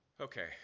Okay